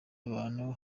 abantu